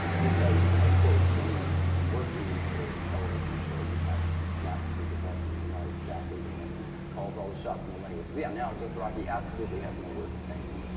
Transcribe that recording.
because of course when you're working for a television show, you have masters above you. you're not exactly the one who calls all the shots in the language. so now dothraki absolutely has no word for thank you.